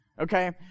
okay